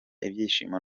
ibyishimo